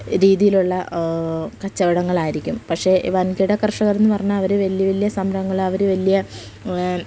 രീതിയിലുള്ള കച്ചവടങ്ങളായിരിക്കും പക്ഷേ വൻകിട കർഷകർ എന്ന് പറഞ്ഞാൽ അവർ വലിയ വലിയ സംരഭങ്ങൾ അവർ വലിയ